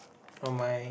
on my